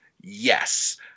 Yes